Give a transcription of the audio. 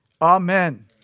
Amen